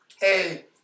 Hey